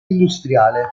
industriale